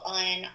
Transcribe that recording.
on